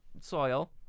soil